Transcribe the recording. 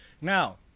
now